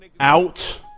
Out